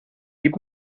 gib